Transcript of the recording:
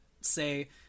say